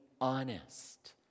honest